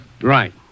Right